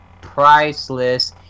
priceless